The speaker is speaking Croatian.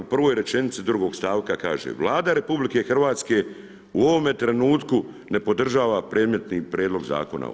U prvoj rečenici drugog stavka kaže, „Vlada RH u ovome trenutku na podržava predmetni prijedlog zakona“